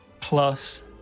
plus